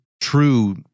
True